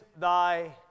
thy